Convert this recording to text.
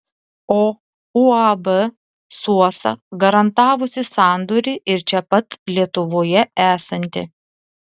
o uab suosa garantavusi sandorį ir čia pat lietuvoje esanti